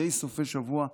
מדי סוף שבוע,